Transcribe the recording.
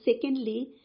Secondly